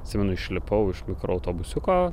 atsimenu išlipau iš mikroautobusiuko